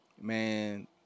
Man